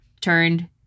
turned